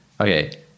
okay